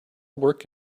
work